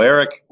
Eric